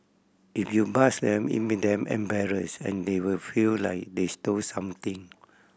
if you buzz them it make them embarrassed and they will feel like they stole something